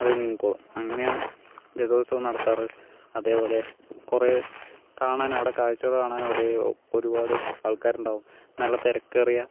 അത് നീങ്ങിക്കോളും അങ്ങനെയാണ് രഥോത്സവം നടത്താറ് അതേപോലെ കുറേ കാണാനും അവിടെ കാഴ്ചകൾ കാണാനും ഒരേ ഒരുപാട് ആൾക്കാരുണ്ടാവും നല്ല തിരക്കേറിയ